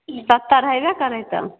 सत्तरि हेबै करै तऽ